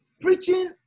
preaching